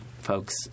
Folks